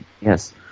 yes